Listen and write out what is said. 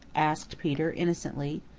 asked peter innocently.